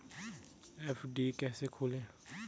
FD कैसे खोलें?